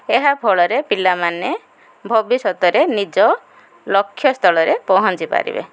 ଏହାଫଳରେ ପିଲାମାନେ ଭବିଷ୍ୟତରେ ନିଜ ଲକ୍ଷ୍ୟସ୍ଥଳରେ ପହଞ୍ଚି ପାରିବେ